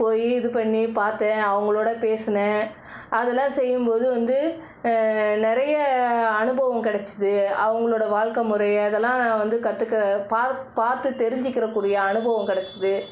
போய் இதுபண்ணி பார்த்தேன் அவங்களோட பேசுனேன் அதெல்லாம் செய்யும்போது வந்து நிறைய அனுபவம் கிடச்சது அவங்ளோட வாழ்க்கை முறையை இதெல்லாம் வந்து கற்றுக்க பாத் பார்த்து தெரிஞ்சுக்கிறக்கூடிய அனுபவம் கிடச்சுது